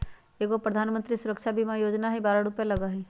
एगो प्रधानमंत्री सुरक्षा बीमा योजना है बारह रु लगहई?